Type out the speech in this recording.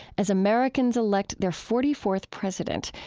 as americans elect their forty fourth president,